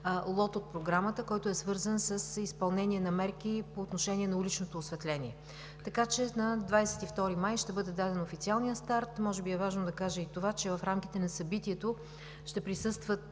лот от Програмата, който е свързан с изпълнение на мерки по отношение на уличното осветление. Така че на 22 май 2019 г. ще бъде даден официалният старт. Може би е важно да кажа и това, че в рамките на събитието ще присъстват